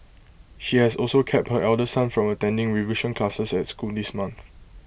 she has also kept her elder son from attending revision classes at school this month